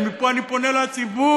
ומפה אני פונה לציבור: